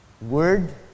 Word